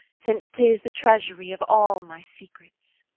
since tis the treasury of all my secrets!